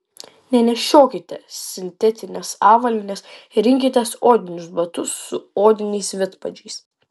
nenešiokite sintetinės avalynės rinkitės odinius batus su odiniais vidpadžiais